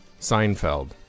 Seinfeld